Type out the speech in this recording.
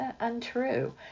untrue